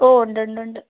ഓ ഉണ്ട് ഉണ്ട് ഉണ്ട്